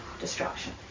destruction